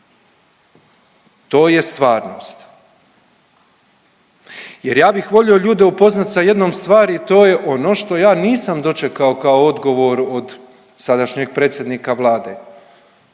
To je stvarnost jer ja bih volio ljude upoznati sa jednom stvari i to je ono što ja nisam dočekao kao odgovor od sadašnjeg predsjednika Vlade.